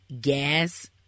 gas